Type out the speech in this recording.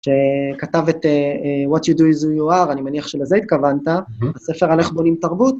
שכתב את What you do is who you are, אני מניח שלזה התכוונת, בספר על איך בונים תרבות